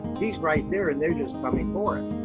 he's right there, and they're just coming forward.